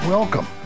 Welcome